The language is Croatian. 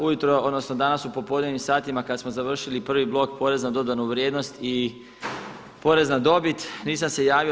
Ujutro, odnosno danas u popodnevnim satima kad smo završili prvi blok porez na dodanu vrijednost i porez na dobit, nisam se javio.